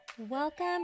welcome